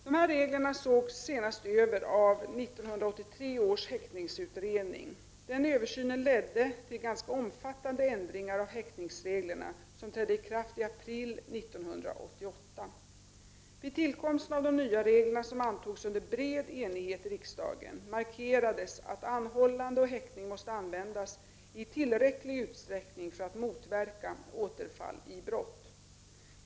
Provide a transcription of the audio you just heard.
Dessa regler sågs senast över av 1983 års häktningsutredning. Den översynen ledde till ganska omfattande ändringar av häktningsreglerna som trädde i kraft i april 1988. Vid tillkomsten av de nya reglerna, som antogs under bred enighet i riksdagen, markerades att anhållande och häktning måste användas i tillräcklig utsträckning för att motverka återfall i brott.